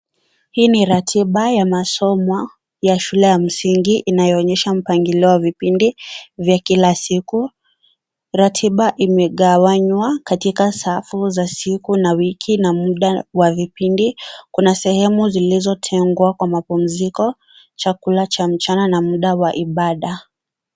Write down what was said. Hii ni ratiba ya masomo ya shule ya msingi inayoonyesha mpangilio wa vipindi vya kila siku. Ratiba imegawanywa katika safu za siku na wiki na muda wa vipindi. Kuna sehemu zilizotengwa kwa mapumziko, chakula cha mchana na muda wa ibada.